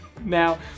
Now